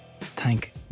Thank